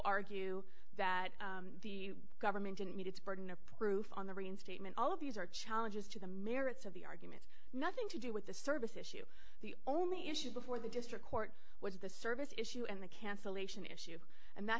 argue that the government didn't meet its burden of proof on the reinstatement all of these are challenges to the merits of the argument nothing to do with the service issue the only issue before the district court was the service issue and the cancellation issue and that